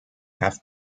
have